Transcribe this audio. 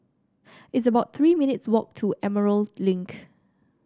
it's about Three minutes' walk to Emerald Link